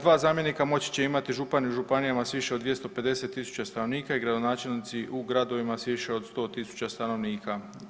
Dva zamjenika moći će imati župani u županijama s više od 250.000 stanovnika i gradonačelnici u gradovima s više od 100.000 stanovnika.